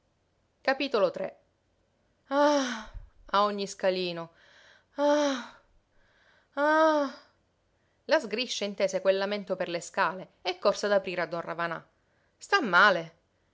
subito ah a ogni scalino ah ah la sgriscia intese quel lamento per le scale e corse ad aprire a don ravanà sta male